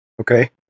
Okay